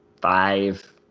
five